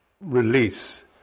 release